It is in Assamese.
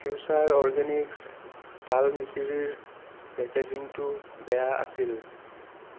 ফিউচাৰ অৰ্গেনিক্ছ তাল মিচিৰিৰ পেকেজিঙটো বেয়া আছিল